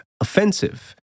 offensive